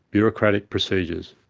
bureaucratic procedures.